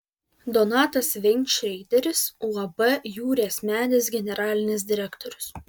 donatas veinšreideris uab jūrės medis generalinis direktorius